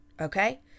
okay